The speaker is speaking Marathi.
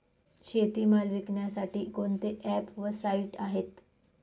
शेतीमाल विकण्यासाठी कोणते ॲप व साईट आहेत?